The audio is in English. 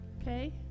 Okay